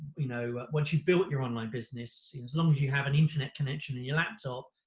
you know, once you've built your online business, as long as you have an internet connection and your laptop,